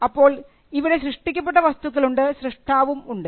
അപ്പോൾ ഇവിടെ സൃഷ്ടിക്കപ്പെട്ട വസ്തുക്കൾ ഉണ്ട് സ്രഷ്ടാവും ഉണ്ട്